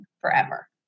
forever